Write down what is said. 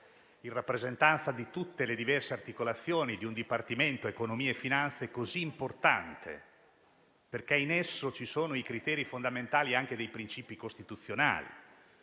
in rappresentanza di tutte le diverse articolazioni di un Dipartimento delle finanze assai importante, perché vi si riscontrano i criteri fondamentali propri anche dei principi costituzionali: